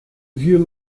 vieux